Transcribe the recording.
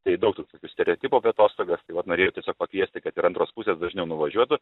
tai daug tų tokių stereotipų apie atostogas tai vat norėjau tiesiog pakviesti kad ir antros pusės dažniau nuvažiuotų